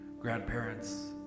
grandparents